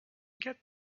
get